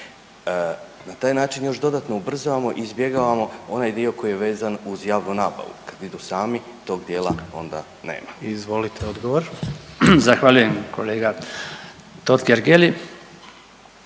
Na taj način još dodatno ubrzavamo i izbjegavamo onaj dio koji je vezan uz javnu nabavu, kad idu sami tog dijela onda nema. **Jandroković, Gordan (HDZ)** Izvolite odgovor.